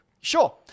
Sure